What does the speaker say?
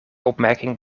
opmerking